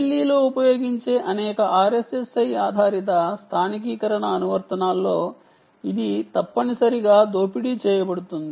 BLE లో ఉపయోగించే అనేక RSSI ఆధారిత స్థానికీకరణ అనువర్తనాల్లో ఇది తప్పనిసరిగా ఉపయోగించబడుతోంది